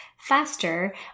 Faster